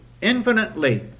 infinitely